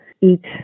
eat